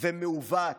ומעוות